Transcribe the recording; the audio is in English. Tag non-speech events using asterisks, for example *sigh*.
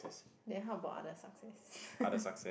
then how about other success *laughs*